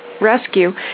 Rescue